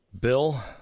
Bill